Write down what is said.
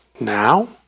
Now